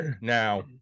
Now